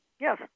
Yes